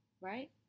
right